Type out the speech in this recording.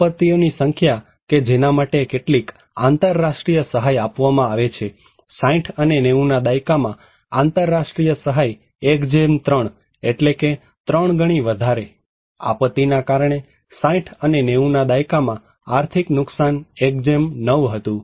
આપત્તિઓ ની સંખ્યા કે જેના માટે કેટલીક આંતરરાષ્ટ્રીય સહાય આપવામાં આવે છે 60 અને 90 ના દાયકામાં આંતરરાષ્ટ્રીય સહાય 13 ત્રણ ગણી વધારે આપત્તિના કારણે 60 અને 90 ના દાયકામાં આર્થિક નુકસાન 19 હતું